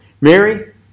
Mary